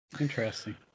Interesting